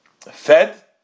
fed